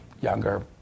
younger